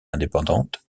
indépendante